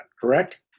correct